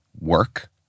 work